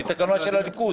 ותקנון של הליכוד,